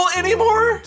anymore